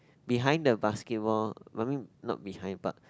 behind the basketball I mean not behind but